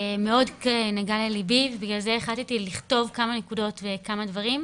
מאוד נגע לליבי ובגלל זה החלטתי לכתוב כמה נקודות וכמה דברים.